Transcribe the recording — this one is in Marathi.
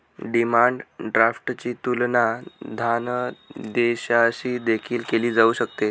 डिमांड ड्राफ्टची तुलना धनादेशाशी देखील केली जाऊ शकते